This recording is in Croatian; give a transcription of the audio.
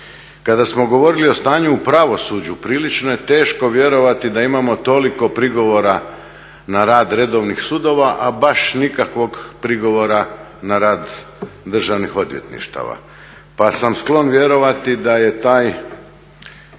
Kada smo govorili o stanju u pravosuđu prilično je teško vjerovati da imamo toliko prigovora na rad redovnih sudova, a baš nikakvog prigovora na rad državnih odvjetništava. Pa sam sklon vjerovati da je taj